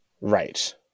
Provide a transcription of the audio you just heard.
Right